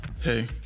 Hey